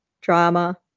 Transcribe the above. drama